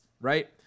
right